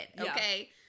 okay